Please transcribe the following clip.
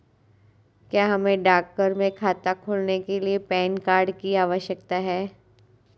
क्या हमें डाकघर में खाता खोलने के लिए पैन कार्ड की आवश्यकता है?